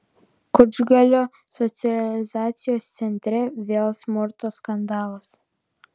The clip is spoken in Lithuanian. kučgalio socializacijos centre vėl smurto skandalas